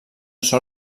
són